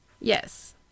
Yes